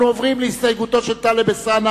אנחנו עוברים להסתייגותו של חבר הכנסת טלב אלסאנע,